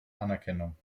anerkennung